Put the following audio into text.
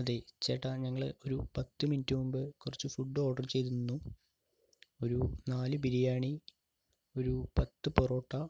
അതേ ചേട്ടാ ഞങ്ങള് ഒരു പത്ത് മിനിറ്റ് മുൻപ് കുറച്ച് ഫുഡ് ഓർഡർ ചെയ്തിരുന്നു ഒരു നാല് ബിരിയാണി ഒരു പത്ത് പൊറോട്ട